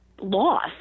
loss